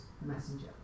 messenger